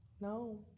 No